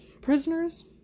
Prisoners